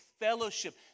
fellowship